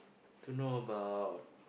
to know about